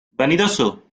vanidoso